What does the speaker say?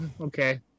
okay